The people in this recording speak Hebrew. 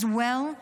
as well,